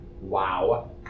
wow